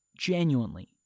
Genuinely